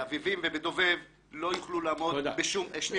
באביבים ובדובב לא יוכל לעמוד בהוצאה.